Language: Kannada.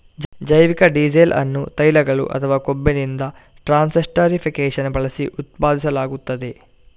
ಜೈವಿಕ ಡೀಸೆಲ್ ಅನ್ನು ತೈಲಗಳು ಅಥವಾ ಕೊಬ್ಬಿನಿಂದ ಟ್ರಾನ್ಸ್ಸೆಸ್ಟರಿಫಿಕೇಶನ್ ಬಳಸಿ ಉತ್ಪಾದಿಸಲಾಗುತ್ತದೆ